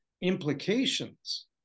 implications